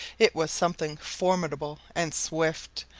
it was something formidable and swift,